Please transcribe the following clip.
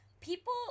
people